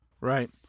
Right